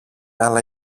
αλλά